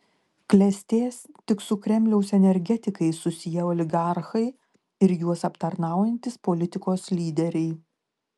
klestės tik su kremliaus energetikais susiję oligarchai ir juos aptarnaujantys politikos lyderiai